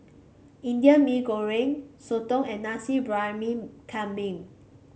Indian Mee Goreng Soto and Nasi Briyani Kambing